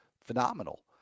Phenomenal